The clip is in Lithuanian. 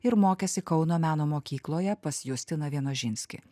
ir mokėsi kauno meno mokykloje pas justiną vienožinskį